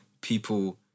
people